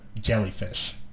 jellyfish